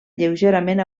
lleugerament